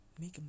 make